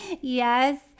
Yes